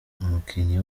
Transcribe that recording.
umukinnyi